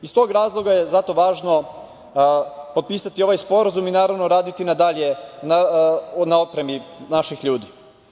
Iz tog razloga je zato važno potpisati ovaj sporazum i naravno raditi na dalje na opremi naših ljudi.